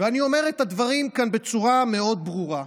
ואני אומר את הדברים כאן בצורה מאוד ברורה: